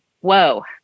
whoa